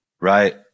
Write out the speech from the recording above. Right